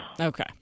Okay